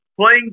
playing